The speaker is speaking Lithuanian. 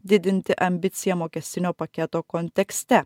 didinti ambiciją mokestinio paketo kontekste